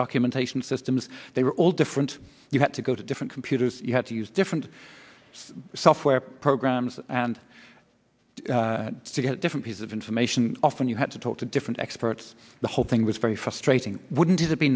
documentation systems they were all different you had to go to different computers you had to use different software programs and to get a different piece of information often you had to talk to different experts the whole thing was very frustrating wouldn't it be